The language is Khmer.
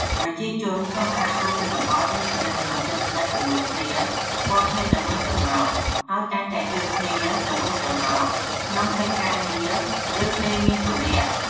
ប្រជាជនក្នុងសហគមន៍ជនបទមានទំនាក់ទំនងជិតស្និទ្ធជាមួយគ្នា ស្គាល់គ្នាទៅវិញទៅមក ហើយតែងតែជួយគ្នាទៅវិញទៅមកក្នុងកិច្ចការងារ ឬពេលមានទុក្ខធុរៈ។